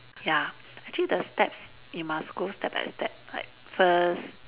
ya actually the steps you must go step by step like first